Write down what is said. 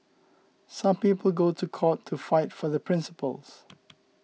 some people go to court to fight for their principles